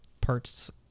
parts